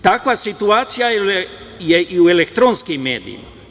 Takva situacija je i u elektronskim medijima.